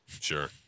Sure